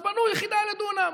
אז בנו יחידה לדונם.